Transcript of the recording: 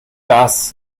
das